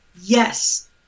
yes